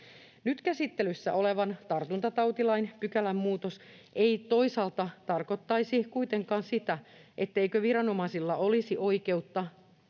Nyt käsittelyssä oleva tartuntatautilain pykälän muutos ei toisaalta tarkoittaisi kuitenkaan sitä, etteikö viranomaisilla olisi oikeutta ja